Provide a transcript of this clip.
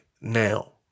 now